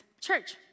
Church